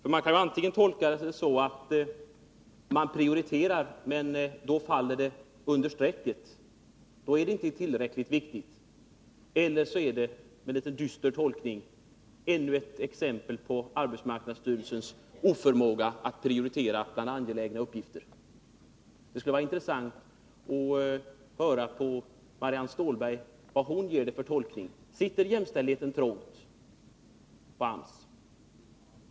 Saken kan ju annars tolkas så att man prioriterar, men att denna utbildning faller under strecket. Då är den inte tillräckligt viktig. Eller också är detta, en aning dystert tolkat, ännu ett exempel på arbetsmarknadsstyrelsens oförmåga att prioritera bland angelägna uppgifter. Det skulle vara intressant att höra Marianne Stålbergs tolkning: Sitter jämställdheten trångt inom AMS?